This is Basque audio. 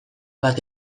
bat